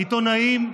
עיתונאים?